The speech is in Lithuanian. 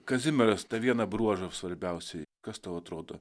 kazimieras tą vieną bruožą svarbiausiai kas tau atrodo